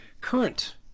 current